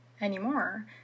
anymore